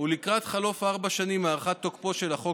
ולקראת חלוף ארבע שנים מהארכת תוקפו של החוק